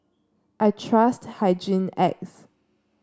I trust Hygin X